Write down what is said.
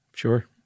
Sure